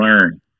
learn